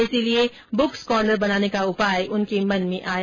इसलिए books corner बनाने का उपाय उनके मन में आया